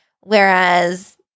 Whereas